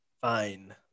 Fine